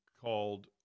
called